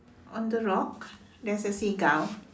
on the rock there's a seagull